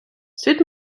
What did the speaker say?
світ